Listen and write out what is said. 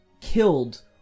killed